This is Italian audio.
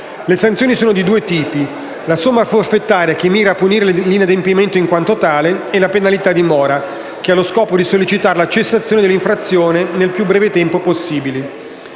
Le sanzioni sono di due tipi: la somma forfettaria, che mira a punire l'inadempimento in quanto tale, e la penalità di mora, che ha lo scopo di sollecitare la cessazione dell'infrazione nel più breve tempo possibile.